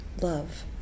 love